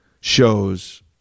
shows